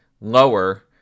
lower